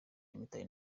nyamitali